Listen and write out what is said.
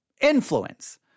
influence